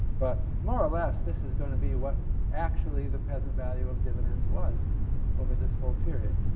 but more or less, this is going to be what actually the present value of dividends was over this whole period.